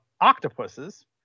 octopuses